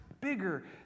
bigger